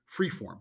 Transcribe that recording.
freeform